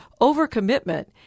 overcommitment